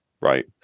right